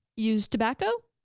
used tobacco?